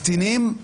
הקטינים היא